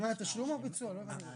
אתה מדבר על ביצוע או על תשלום?